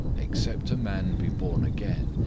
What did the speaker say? except a man be born again,